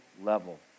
level